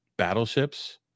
battleships